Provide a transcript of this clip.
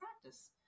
practice